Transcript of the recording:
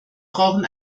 brauchen